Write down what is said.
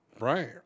Right